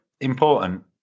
important